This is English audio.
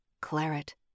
claret